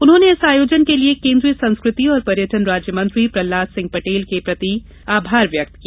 उन्होंने इस आयोजन के लिए केन्द्रीय संस्कृति और पर्यटन राज्यमंत्री प्रहलाद सिंह पटेल के प्रति आभार व्यक्त किया